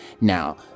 now